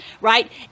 right